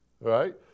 Right